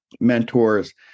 mentors